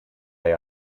they